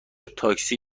تاکسی